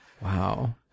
Wow